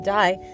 die